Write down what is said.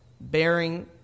bearing